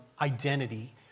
identity